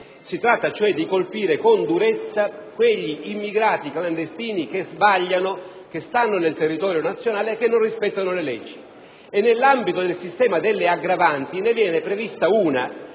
Si tratta cioè di colpire con durezza quegli immigrati clandestini che sbagliano, che si trovano nel territorio nazionale e che non rispettano le leggi. E nell'ambito del sistema delle aggravanti ne viene prevista una